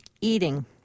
Eating